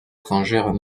étrangères